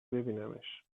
ببینمش